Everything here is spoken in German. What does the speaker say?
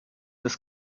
des